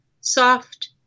soft